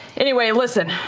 anyway, listen,